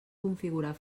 configurar